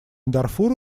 дарфура